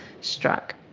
struck